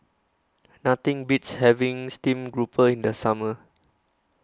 Nothing Beats having Steamed Grouper in The Summer